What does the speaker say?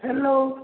hello